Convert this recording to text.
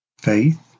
faith